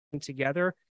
together